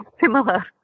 similar